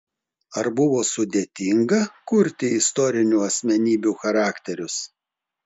ar buvo sudėtinga kurti istorinių asmenybių charakterius